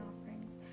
offerings